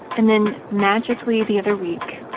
and then magically the other week,